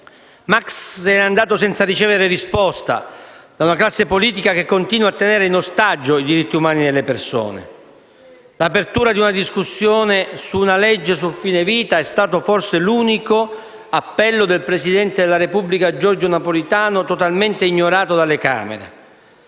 ne è andato senza ricevere risposta dalla classe politica che continua a tenere in ostaggio i diritti umani delle persone. L'apertura di una discussione su una legge sul fine vita è stato forse l'unico appello del presidente della Repubblica Giorgio Napolitano totalmente ignorato dalle Camere.